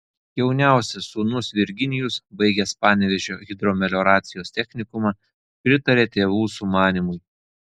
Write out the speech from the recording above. jauniausias sūnus virginijus baigęs panevėžio hidromelioracijos technikumą pritarė tėvų sumanymui